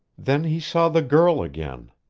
then he saw the girl again!